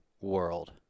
world